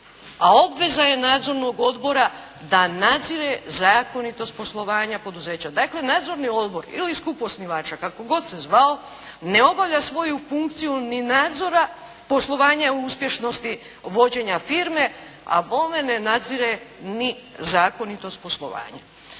A obveza je nadzornog odbora da nadzire zakonitost poslovanja poduzeća. Dakle, nadzorni odbor ili skup osnivača kako god se zvao ne obavlja svoju funkciju ni nadzora poslovanja uspješnosti vođenja firme, a bome ne nadzire ni zakonitost poslovanja.